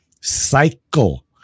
cycle